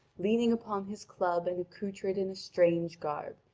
leaning upon his club and accoutred in a strange garb,